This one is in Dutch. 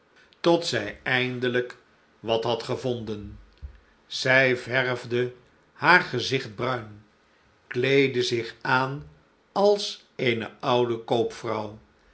tot zij eindelijk wat had gevonden zij verwde haar gezigt bruin kleedde zich aan als eene oude